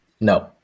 No